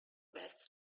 west